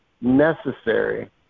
necessary